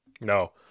No